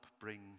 bring